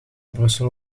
brussel